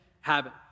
habit